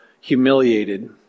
humiliated